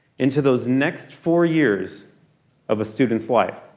into those next four years of a student's life.